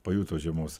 pajuto žiemos